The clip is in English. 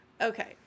Okay